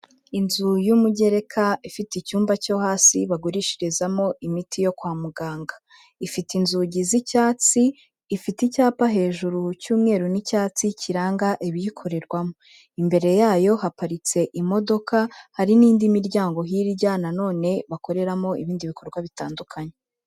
Inzu y'umugereka ifite icyumba cyo hasi bagurishirizamo imiti yo kwa muganga, ifite inzugi z'icyatsi ifite icyapa hejuru cy'umweru n'icyatsi kiranga ibiyikorerwamo, imbere yayo haparitse imodoka hari n'indi miryango hirya nanone bakoreramo ibindi bikorwa bitandukanye.